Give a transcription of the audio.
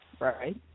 Right